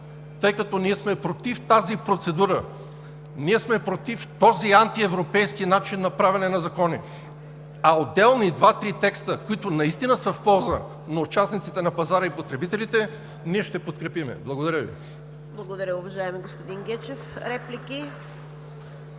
тъй като ние сме против тази процедура. Ние сме против този антиевропейски начин на правене на закони. А отделни два-три текста, които наистина са в полза на участниците на пазара и потребителите, ние ще подкрепим. Благодаря Ви. (Частични ръкопляскания от „БСП